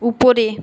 উপরে